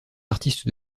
artistes